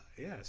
yes